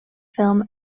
film